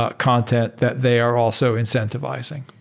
ah content that they are also incentivizing,